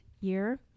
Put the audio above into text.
year